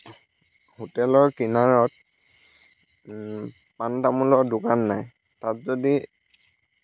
হোটেলৰ কিনাৰত পাণ তামোলৰ দোকান নাই তাত যদি